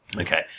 Okay